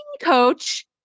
coach